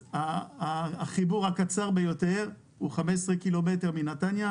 החיבור הקצר ביותר הוא 15 קילומטר מנתניה.